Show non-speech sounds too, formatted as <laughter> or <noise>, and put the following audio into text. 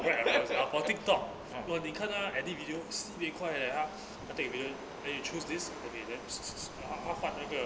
right I was abou~ TikTok !wah! 你看她 edit videos sibeh 快 eh 她她 take the video then you choose this okay then <noise> <noise> 要换那个